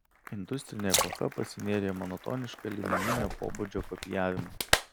industrinė epocha pasinėrė į monotonišką linijinio pobūdžio kopijavimą